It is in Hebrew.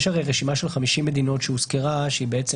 יש הרי רשימה של 50 מדינות שהוזכרה שהיא בעצם